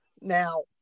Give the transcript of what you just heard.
Now